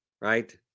Right